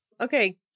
Okay